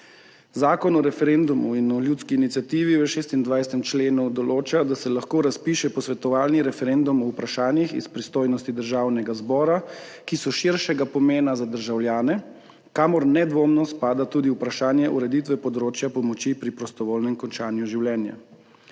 Zakon o referendumu in o ljudski iniciativi v 26. členu določa, da se lahko razpiše posvetovalni referendum o vprašanjih iz pristojnosti Državnega zbora, ki so širšega pomena za državljane, kamor nedvomno spada tudi vprašanje ureditve področja pomoči pri prostovoljnem končanju življenja.